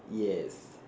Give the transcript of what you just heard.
yes